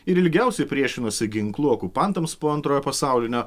ir ilgiausiai priešinosi ginklu okupantams po antrojo pasaulinio